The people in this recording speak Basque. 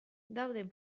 dauden